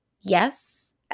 yes